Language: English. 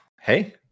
Hey